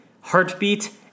heartbeat